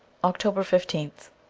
october fifteenth